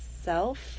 self